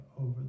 over